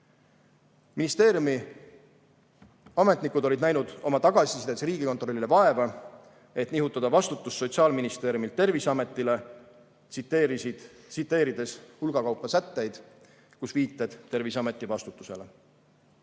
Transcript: Ministeeriumi ametnikud olid näinud oma tagasisides Riigikontrollile vaeva, et nihutada vastutust Sotsiaalministeeriumilt Terviseametile, tsiteerides hulga kaupa sätteid, kus on viited Terviseameti vastutusele.